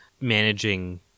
managing